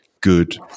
good